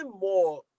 more –